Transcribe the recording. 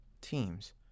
teams